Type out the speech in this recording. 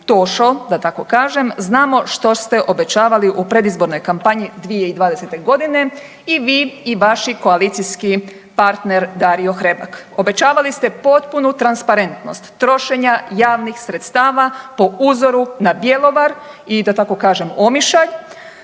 tošo, da tako kažem, znamo što se obećavali u predizbornoj kampanji 2020.g. i vi i vaši koalicijski partner Dario Hrebak. Obećavali ste potpunu transparentnost trošenja javnih sredstava po uzoru na Bjelovar i da tako kažem Omišalj